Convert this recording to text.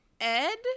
ed